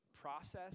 process